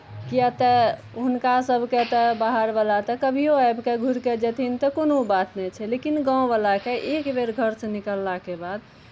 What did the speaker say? किएक तऽ हुनका सभकेँ तऽ बाहरवला तऽ कभिओ आबि कऽ घुरि कऽ जेथिन तऽ कोनो बात नहि छै लेकिन गाँववलाके एक बेर घरसँ निकललाके बाद